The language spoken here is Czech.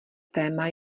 téma